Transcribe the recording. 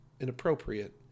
inappropriate